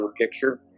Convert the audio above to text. picture